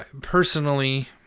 personally